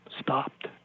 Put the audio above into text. stopped